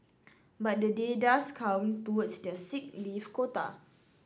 but the day does count towards their sick leave quota